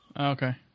Okay